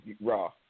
Raw